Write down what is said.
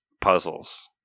puzzles